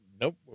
nope